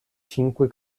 cinque